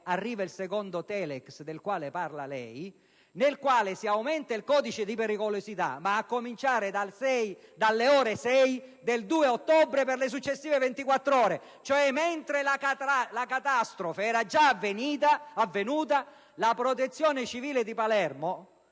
arriva il secondo telefax, del quale lei ha parlato, in cui viene aumentato il codice di pericolosità, ma solo a cominciare dalle ore 6 del 2 ottobre e per le successive 24 ore. Cioè, quando la catastrofe era già avvenuta, la Protezione civile di Palermo